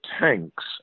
tanks